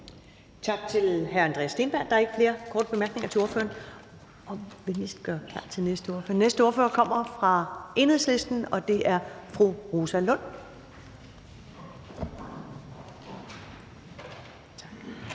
Tak til hr. Andreas Steenberg. Der er ikke flere korte bemærkninger til ordføreren. Den næste ordfører kommer fra Enhedslisten, og det er fru Rosa Lund.